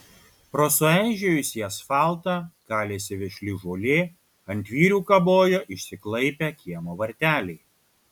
pro sueižėjusį asfaltą kalėsi vešli žolė ant vyrių kabojo išsiklaipę kiemo varteliai